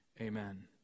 Amen